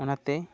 ᱚᱱᱟᱛᱮ